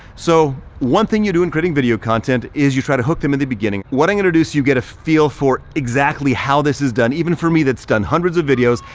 so one thing you do in creating video content is you try to hook them in the beginning. what i'm gonna do so you get a feel for exactly how this is done, even for me that's done hundreds of videos,